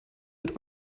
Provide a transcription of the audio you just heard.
mit